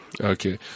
Okay